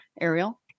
Ariel